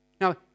Now